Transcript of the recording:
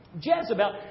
Jezebel